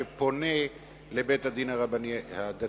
שפונה לבית-הדין הרבני הדתי.